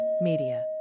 Media